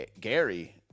gary